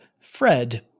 Fred